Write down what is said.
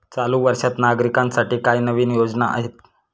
चालू वर्षात नागरिकांसाठी काय नवीन योजना आहेत?